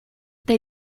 they